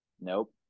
nope